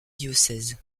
diocèse